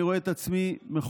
אני רואה את עצמי מחויב,